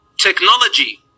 Technology